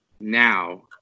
now